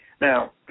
Now